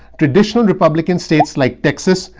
traditionally, republican states like texas,